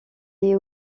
est